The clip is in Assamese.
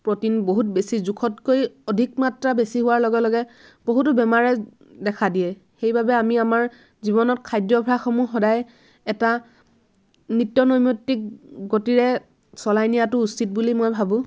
প্ৰটিন বহুত বেছি জোখতকৈ আধিক মাত্ৰা বেছি হোৱাৰ লগে লগে বহুতো বেমাৰে দেখা দিয়ে সেইবাবে আমি আমাৰ জীৱনত খাদ্যভ্যাসসমূহ সদায় এটা নিত্য নৈমিত্তিক গতিৰে চলাই নিয়াটো উচিত বুলি মই ভাবোঁ